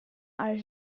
are